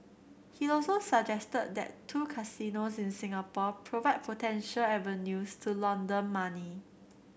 he also suggested that two casinos in Singapore provide potential avenues to launder money